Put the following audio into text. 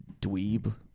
dweeb